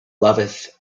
loveth